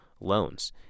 Loans